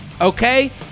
okay